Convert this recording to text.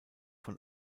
von